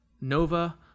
Nova